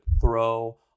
throw